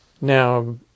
Now